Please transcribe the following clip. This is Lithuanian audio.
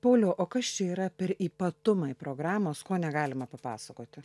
pauliau o kas čia yra per ypatumai programos ko negalima papasakoti